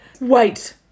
Wait